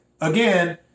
Again